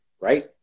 right